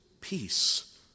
peace